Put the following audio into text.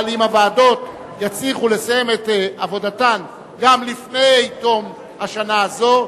אבל אם הוועדות יצליחו לסיים את עבודתן גם לפני תום השנה הזו,